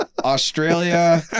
Australia